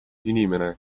inimene